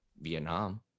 Vietnam